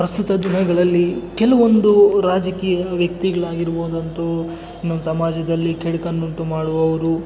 ಪ್ರಸ್ತುತ ದಿನಗಳಲ್ಲಿ ಕೆಲವೊಂದು ರಾಜಕೀಯ ವ್ಯಕ್ತಿಗಳಾಗಿರುವಂತು ನಮ್ಮ ಸಮಾಜದಲ್ಲಿ ಕೆಡುಕನ್ನುಂಟು ಮಾಡುವವರು